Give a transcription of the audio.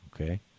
Okay